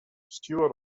stewart